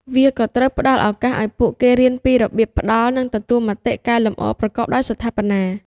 វាក៏ត្រូវផ្តល់ឱកាសឱ្យពួកគេរៀនពីរបៀបផ្តល់និងទទួលមតិកែលម្អប្រកបដោយស្ថាបនា។